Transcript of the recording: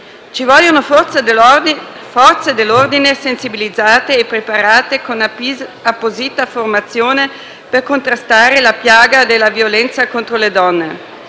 Ci vogliono Forze dell'ordine sensibilizzate e preparate con apposita formazione per contrastare la piaga della violenza contro le donne.